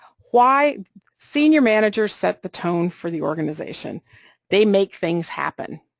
why senior managers set the tone for the organization they make things happen.